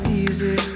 easy